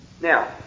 Now